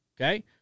okay